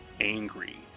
angry